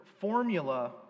formula